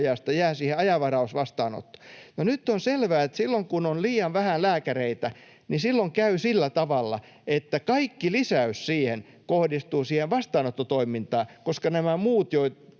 jää siihen ajanvarausvastaanottoon. No nyt on selvää, että silloin kun on liian vähän lääkäreitä, niin silloin käy sillä tavalla, että kaikki lisäys siihen kohdistuu siihen vastaanottotoimintaan, koska nämä muut